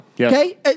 Okay